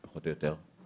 פחות או יותר,